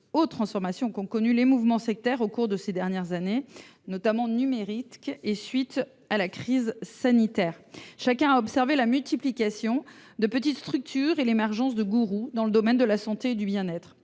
aux transformations qu’ont connues les mouvements sectaires ces dernières années au travers du numérique, notamment à la suite de la crise sanitaire. Chacun a observé la multiplication de petites structures et l’émergence de gourous dans le domaine de la santé et du bien être,